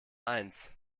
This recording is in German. eins